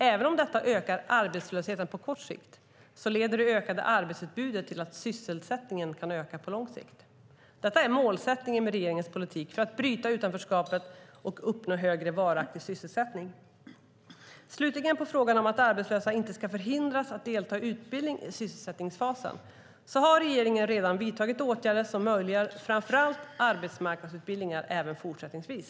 Även om detta ökar arbetslösheten på kort sikt leder det ökade arbetsutbudet till att sysselsättningen kan öka på lång sikt. Detta är målsättningen med regeringens politik för att bryta utanförskapet och uppnå högre varaktig sysselsättning. Slutligen: När det gäller frågan om att arbetslösa inte ska förhindras att delta i utbildning i sysselsättningsfasen har regeringen redan vidtagit åtgärder som möjliggör framför allt arbetsmarknadsutbildningar även fortsättningsvis.